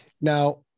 now